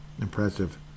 Impressive